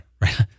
right